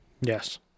Yes